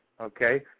Okay